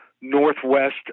northwest